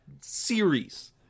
series